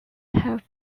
have